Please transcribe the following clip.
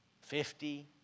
fifty